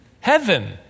heaven